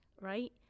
right